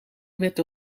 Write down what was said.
werd